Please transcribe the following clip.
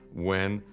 when,